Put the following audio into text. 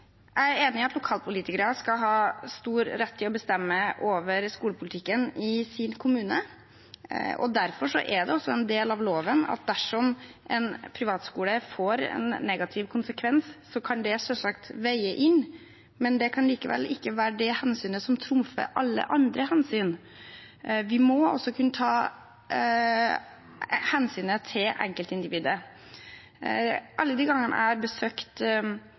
Jeg er enig i at lokalpolitikere skal ha stor rett til å bestemme over skolepolitikken i sin kommune. Derfor er det også en del av loven at dersom en privatskole får en negativ konsekvens, kan det selvsagt veie inn, men det kan likevel ikke være det hensynet som trumfer alle andre hensyn. Vi må også kunne ta hensyn til enkeltindividet. Alle de gangene jeg har besøkt